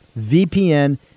VPN